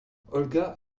olga